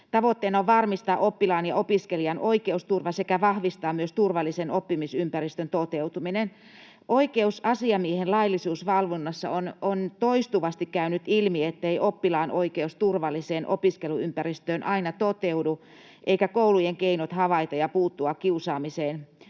Tavoitteena on varmistaa oppilaan ja opiskelijan oikeusturva sekä vahvistaa myös turvallisen oppimisympäristön toteutumista. Oikeusasiamiehen laillisuusvalvonnassa on toistuvasti käynyt ilmi, ettei oppilaan oikeus turvalliseen opiskeluympäristöön aina toteudu eivätkä koulujen keinot havaita ja puuttua kiusaamiseen